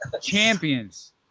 champions